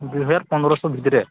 ଦୁଇହଜାର ପନ୍ଦରଶହ ଭିତରେ